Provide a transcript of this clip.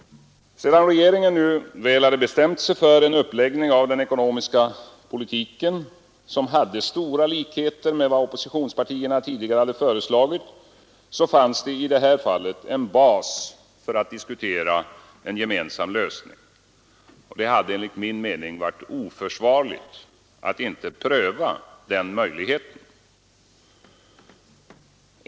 Sedan regeringen väl hade bestämt sig för en uppläggning av den ekonomiska politiken som hade stora likheter med vad oppositionspartierna tidigare hade föreslagit, fanns det i det här fallet en bas för att diskutera en gemensam lösning. Det hade enligt min mening varit oförsvarligt att inte pröva den möjligheten.